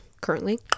currently